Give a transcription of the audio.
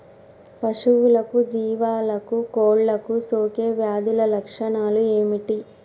పశువులకు జీవాలకు కోళ్ళకు సోకే వ్యాధుల లక్షణాలు ఏమిటి?